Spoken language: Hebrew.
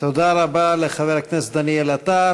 תודה רבה לחבר הכנסת דניאל עטר.